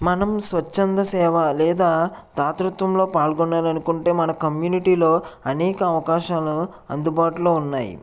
మనం స్వచ్ఛంద సేవ లేదా ధాతృత్వంలో పాల్గొనాలి అనుకుంటే మన కమ్యూనిటీలో అనేక అవకాశాలు అందుబాటులో ఉన్నాయి